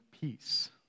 peace